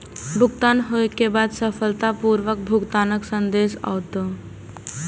भुगतान होइ के बाद सफलतापूर्वक भुगतानक संदेश आओत